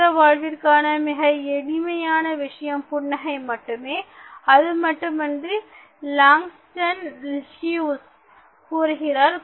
மனித வாழ்விற்கான மிக இனிமையான விஷயம் புன்னகை மட்டுமே அதுமட்டுமின்றி லாங்ஸ்டன் ஹியூஸ் கூறுகிறார்